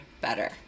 better